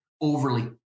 overly